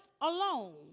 alone